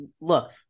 look